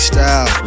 Style